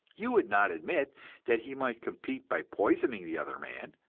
you would not admit that he might compete by poisoning the other man.